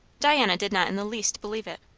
diana did not in the least believe it.